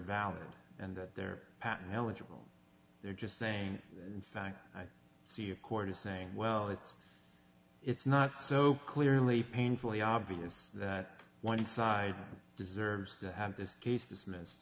valid and that they're patent eligible they're just saying in fact i see a court is saying well it's it's not so clearly painfully obvious that one side deserves to have this case dismissed